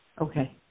Okay